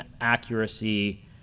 accuracy